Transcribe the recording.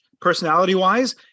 personality-wise